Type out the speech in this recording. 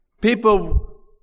People